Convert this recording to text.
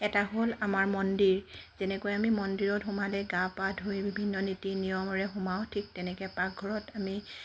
এটা হ'ল আমাৰ মন্দিৰ যেনেকৈ আমি মন্দিৰত সোমালে গা পা ধুই বিভিন্ন নীতি নিয়মেৰে সোমাওঁ ঠিক তেনেকৈ পাকঘৰত আমি